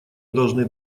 должны